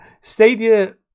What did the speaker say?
Stadia